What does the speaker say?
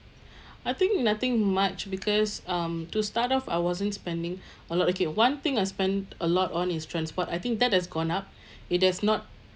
I think nothing much because um to start off I wasn't spending a lot okay one thing I spent a lot on is transport I think that has gone up it has not